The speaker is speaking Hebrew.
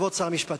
כבוד שר המשפטים,